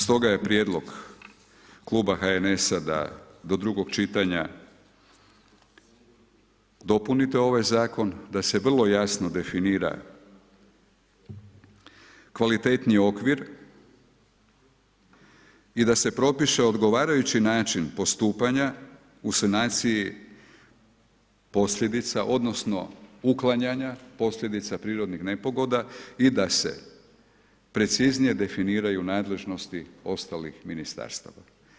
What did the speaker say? Stoga je prijedlog kluba HNS-a da do drugog čitanja dopunite ovaj zakon da se vrlo jasno definira kvalitetniji okvir i da se propiše odgovarajući način postupanja o sanaciji posljedica odnosno uklanjanja posljedica prirodnih nepogoda i da se preciznije definiraju nadležnosti ostalih ministarstava.